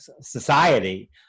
society